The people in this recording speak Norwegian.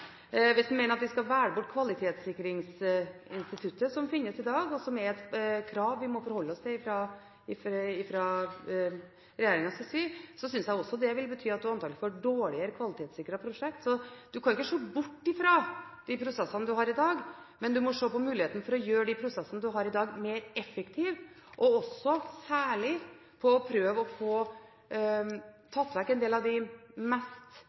Hvis han mener at vi skal velge bort kvalitetssikringsinstituttet, som finnes i dag, og som er et krav vi må forholde oss til fra regjeringens side, vil det bety at man antakelig får dårligere kvalitetssikrede prosjekter. Man kan ikke se bort fra de prosessene man har i dag, men man må se på muligheten for å gjøre de prosessene man har i dag, mer effektive, særlig for å prøve å få tatt vekk en del av de mest